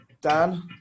Dan